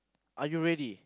are you ready